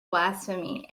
blasphemy